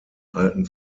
alten